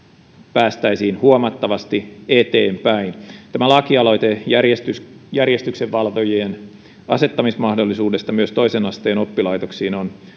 päästäisiin huomattavasti eteenpäin tämä lakialoite järjestyksenvalvojien asettamismahdollisuudesta myös toisen asteen oppilaitoksiin on